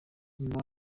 nyuma